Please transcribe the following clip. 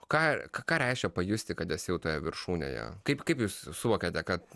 ką ką reiškia pajusti kad esi jau toje viršūnėje kaip kaip jūs suvokėte kad